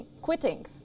quitting